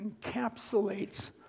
encapsulates